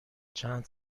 چند